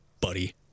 buddy